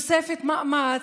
תוספת מאמץ,